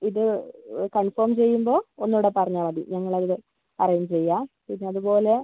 ഇത് കൺഫേം ചെയ്യുമ്പോൾ ഒന്നൂടെ പറഞ്ഞാൽ മതി ഞങ്ങളവിടെ അറേഞ്ച് ചെയ്യാം പിന്നതുപോലെ